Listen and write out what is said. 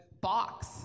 box